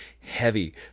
heavy